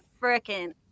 freaking